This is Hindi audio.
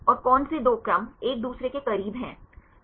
और कौन से दो क्रम एक दूसरे के करीब हैं